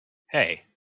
hey